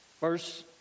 Verse